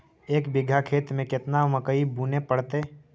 एक बिघा खेत में केतना मकई बुने पड़तै?